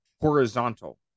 horizontal